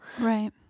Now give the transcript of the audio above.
Right